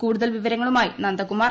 കൂടുതൽ വിവരങ്ങളുമായി നന്ദകുമാർ